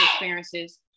experiences